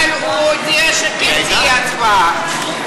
אבל הוא הודיע שכן תהיה הצבעה.